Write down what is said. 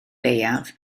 leiaf